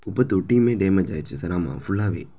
குப்பைத் தொட்டியுமே டேமேஜ் ஆயிடுச்சு சார் ஆமாம் ஃபுல்லாகவே